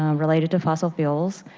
um relating to fossil fuels,